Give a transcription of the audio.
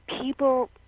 people